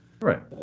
right